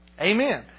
Amen